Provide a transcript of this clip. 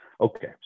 okay